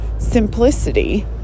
simplicity